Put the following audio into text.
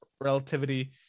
relativity